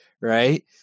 Right